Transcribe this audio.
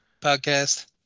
podcast